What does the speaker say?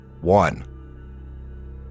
One